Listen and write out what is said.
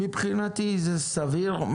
מבחינתי זה סביר.